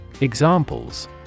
Examples